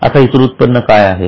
आता इतर उत्पन्न काय आहे